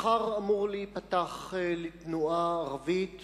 מחר אמור להיפתח לתנועה ערבית